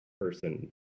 person